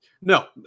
No